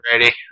ready